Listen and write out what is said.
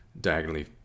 diagonally